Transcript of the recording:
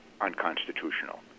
unconstitutional